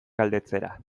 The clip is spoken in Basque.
galdetzera